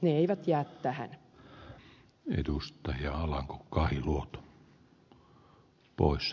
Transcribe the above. ne eivät jää tähän